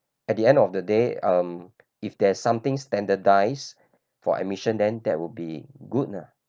at the end of the day um if there's something standardised for admission then that would be good lah